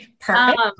Perfect